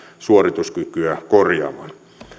suorituskykyä korjaamaan